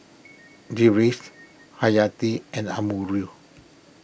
Deris Hayati and Amirul